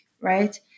right